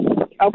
Okay